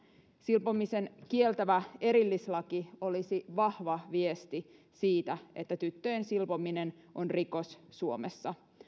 silpomisen kieltävä erillislaki olisi vahva viesti siitä että tyttöjen silpominen on rikos suomessa